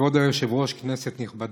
כבוד היושב-ראש, כנסת נכבדה,